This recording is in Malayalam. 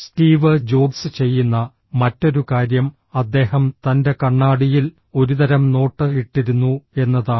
സ്റ്റീവ് ജോബ്സ് ചെയ്യുന്ന മറ്റൊരു കാര്യം അദ്ദേഹം തൻറെ കണ്ണാടിയിൽ ഒരുതരം നോട്ട് ഇട്ടിരുന്നു എന്നതാണ്